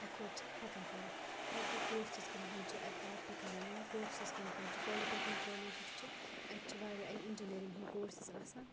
effort چھِ ہیٚکان کٔرِتھ پَتہٕ گٔیٚے کورسٕز کٕم کٕم چھِ اَتہِ آپٹہٕ کَران یا کورسٕز کٕم کٕم چھِ پالِٹٮ۪کنیٖک کالج یُس چھِ اَتہِ چھِ واریاہ اِنجیٖنٔرِنٛگ ہنٛدۍ کوسٕز آسان